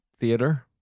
theater